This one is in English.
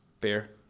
beer